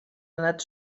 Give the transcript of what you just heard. anat